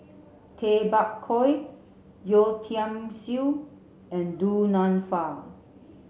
Tay Bak Koi Yeo Tiam Siew and Du Nanfa